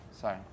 Sorry